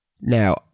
Now